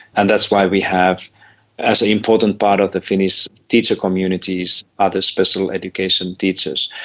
and that's why we have as an important part of the finnish teacher communities are the special education teachers.